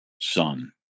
son